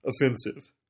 offensive